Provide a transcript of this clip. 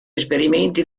esperimento